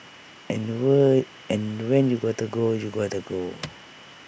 and were and when you gotta go you gotta go